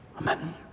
Amen